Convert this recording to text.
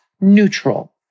neutral